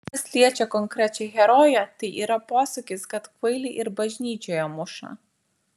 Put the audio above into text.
kas liečia konkrečią heroję tai yra posakis kad kvailį ir bažnyčioje muša